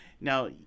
now